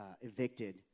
evicted